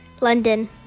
London